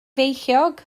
feichiog